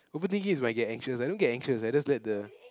overthinking is when I get anxious I don't get anxious I just let the